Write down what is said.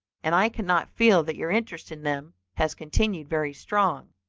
and i cannot feel that your interest in them has continued very strong.